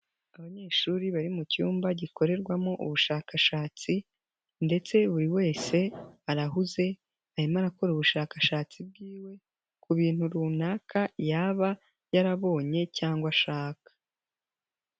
Abanyeshuri bari mu cyumba gikorerwamo ubushakashatsi ndetse buri wese arahuze, arimo arakora ubushakashatsi bwiwe ku bintu runaka yaba yarabonye cyangwa ashaka.